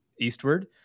Eastward